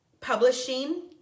Publishing